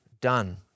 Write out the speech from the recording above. done